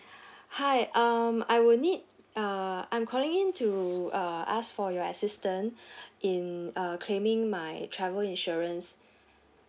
hi um I would need uh I'm calling in to uh ask for your assistant in uh claiming my travel insurance